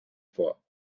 vor